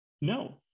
No